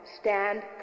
Stand